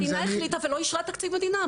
המדינה החליטה ולא אישרה תקציב מדינה.